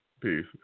Peace